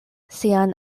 sian